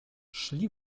szli